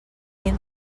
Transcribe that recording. mil